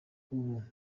ubu